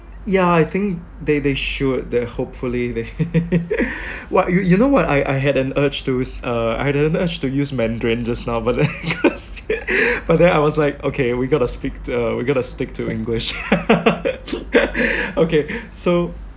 yeah I think they they should they hopefully what you you know what I I had an urge to s~ uh I had an urge to use mandarin just now but then but then I was like okay we gotta speak uh we're gonna stick to english okay so